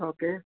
okay